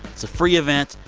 it's a free event.